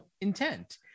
intent